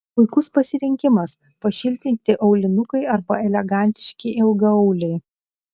puikus pasirinkimas pašiltinti aulinukai arba elegantiški ilgaauliai